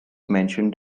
mentioned